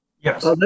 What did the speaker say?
Yes